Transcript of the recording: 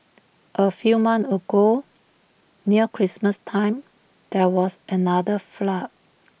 A few months ago near Christmas time there was another flood